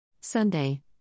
Sunday